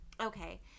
okay